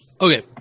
Okay